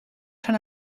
schon